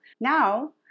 Now